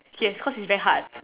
yes cause is very hard